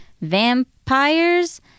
vampires